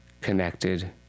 connected